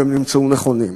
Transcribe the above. והם נמצאו נכונים.